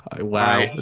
wow